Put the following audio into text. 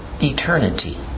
eternity